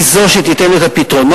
היא זו שתיתן את הפתרונות.